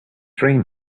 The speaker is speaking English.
dream